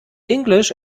english